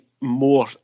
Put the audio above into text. more